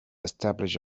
establish